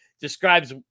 describes